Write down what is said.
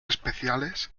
especiales